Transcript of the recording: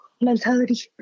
mentality